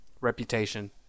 reputation